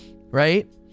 right